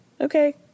okay